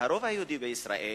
והרוב היהודי בישראל,